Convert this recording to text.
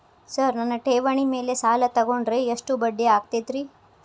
Sir ನನ್ನ ಠೇವಣಿ ಮೇಲೆ ಸಾಲ ತಗೊಂಡ್ರೆ ಎಷ್ಟು ಬಡ್ಡಿ ಆಗತೈತ್ರಿ?